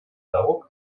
залог